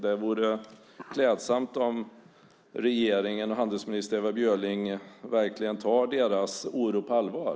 Det vore klädsamt om regeringen och handelsminister Ewa Björling verkligen tar deras oro på allvar.